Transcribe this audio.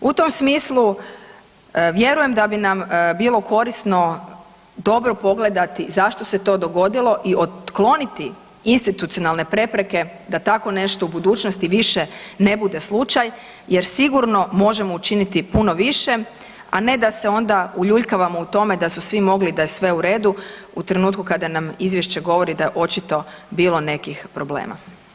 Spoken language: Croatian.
U tom smislu vjerujem da bi nam bilo korisno dobro pogledati zašto se to dogodilo i otkloniti institucionalne prepreke da tako nešto u budućni više ne bude slučaj jer sigurno možemo učiniti puno više, a ne da se onda uljuljkavamo u tome da su svi mogli i da je sve u redu u trenutku kada nam izvješće govori da je očito bilo nekih problema.